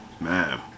Man